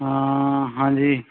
ਹਾਂ ਹਾਂਜੀ